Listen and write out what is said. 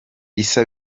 issa